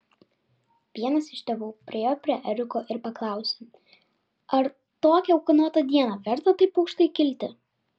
vienas iš tėvų priėjo prie eriko ir paklausė ar tokią ūkanotą dieną verta taip aukštai kilti